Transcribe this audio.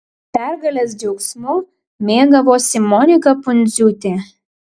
pergalės džiaugsmu mėgavosi monika pundziūtė